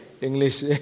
English